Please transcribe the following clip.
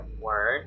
Word